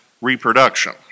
reproduction